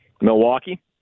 Milwaukee